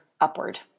upward